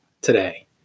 today